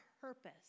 purpose